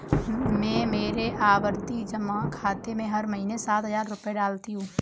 मैं मेरे आवर्ती जमा खाते में हर महीने सात हजार रुपए डालती हूँ